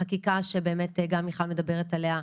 החקיקה שבאמת גם מיכל מדברת עליה,